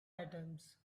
items